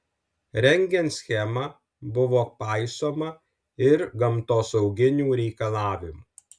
rengiant schemą buvo paisoma ir gamtosauginių reikalavimų